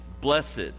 Blessed